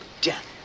death